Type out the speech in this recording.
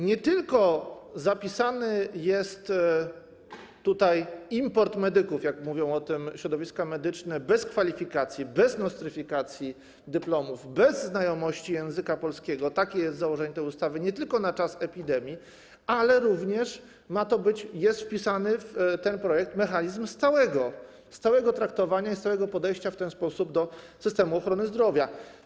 Nie tylko zapisany jest tutaj import medyków - jak mówią o tym środowiska medyczne - bez kwalifikacji, bez nostryfikacji dyplomów, bez znajomości języka polskiego, takie jest założenie tej ustawy nie tylko na czas epidemii, ale również w ten projekt jest wpisany mechanizm stałego traktowania i stałego podejścia w ten sposób do systemu ochrony zdrowia.